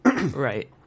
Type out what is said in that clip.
Right